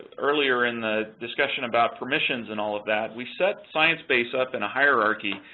earlier in the discussion about permissions and all of that, we set sciencebase up in a hierarchy.